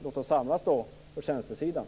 Låt oss samlas och diskutera tjänstesidan.